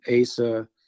Asa